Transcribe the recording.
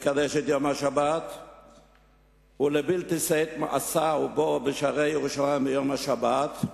לקדש את יום השבת ולבלתי שאת משא ובוא בשערי ירושלים ביום השבת,